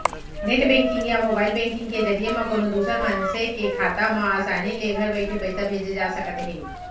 net banking या mobile banking के जरिए म कोनों दूसर मनसे के खाता म आसानी ले घर बइठे पइसा भेजे जा सकत हे